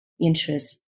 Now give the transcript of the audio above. interest